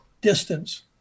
distance